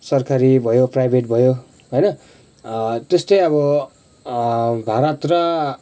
सरकारी भयो प्राइभेट भयो होइन त्यस्तै अब भारत र